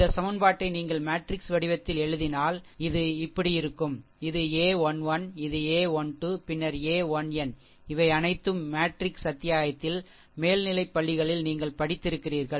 இந்த சமன்பாட்டை நீங்கள் மேட்ரிக்ஸ் வடிவத்தில் எழுதினால் இதை இப்படி இருக்கும் இது a1 1 இது a12 பின்னர் a 1n இவை அனைத்தும் மேட்ரிக்ஸ் அத்தியாயத்தில் மேல்நிலைப்பள்ளிகளில் நீங்கள் படித்திருக்கிறீர்கள்